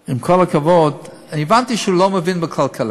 עם כל הכבוד, הבנתי שהוא לא מבין בכלכלה,